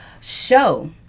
show